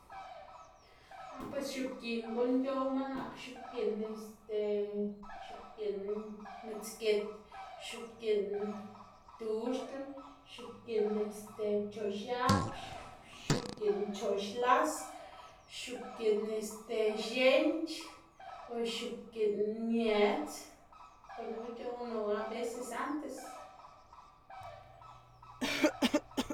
Ah pues x̱obgiꞌn guꞌn c̲h̲owma nak x̱obgiꞌn este, x̱ubgiꞌn midzgit, x̱ubgiꞌn tuxtl, x̱ubgiꞌn este pchoꞌx x̱ab, x̱ubgiꞌn choꞌx las, x̱ubgiꞌn este x̱enc̲h̲, o x̱ubgiꞌn miëdz gunu c̲h̲ownu a veces antes.